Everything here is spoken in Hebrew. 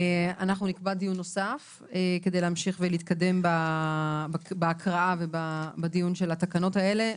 נקבע דיון נוסף כדי להמשיך ולהתקדם בהקראה ובדיון על התקנות האלה.